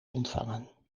ontvangen